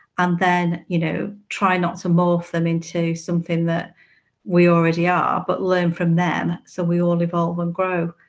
um then you know try not to morph them into something that we already are, but learn from them so we all evolve and grow.